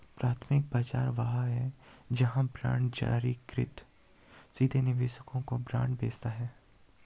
प्राथमिक बाजार वह है जहां बांड जारीकर्ता सीधे निवेशकों को बांड बेचता है